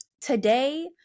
today